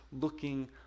looking